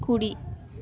కుడి